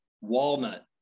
Walnut